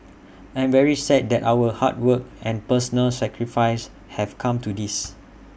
I am very sad that our hard work and personal sacrifice have come to this